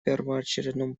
первоочередном